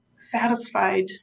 satisfied